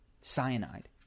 cyanide